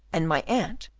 and my aunt,